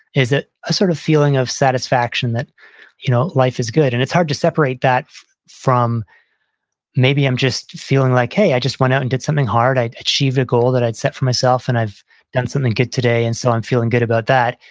is that a sort of feeling of satisfaction that you know life is good? and it's hard to separate that from maybe i'm just feeling like, hey, i just went out and did something hard. i achieved a goal that i'd set for myself and i've done something good today and so i'm feeling good about that.